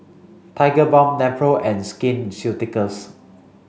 Tigerbalm Nepro and Skin Ceuticals